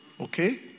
Okay